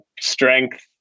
strength